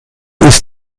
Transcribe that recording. ist